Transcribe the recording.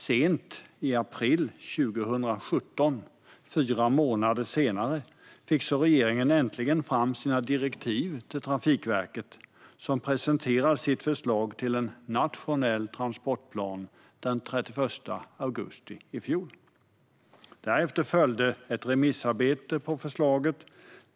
Sent i april 2017, fyra månader senare, fick så regeringen äntligen fram sina direktiv till Trafikverket, som presenterade sitt förslag till en nationell transportplan den 31 augusti i fjol. Därefter följde ett remissarbete på förslaget.